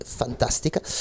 fantastica